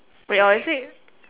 wait or is it